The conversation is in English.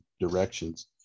directions